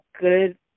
good